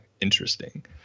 interesting